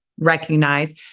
Recognize